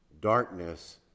darkness